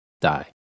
die